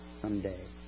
someday